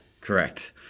correct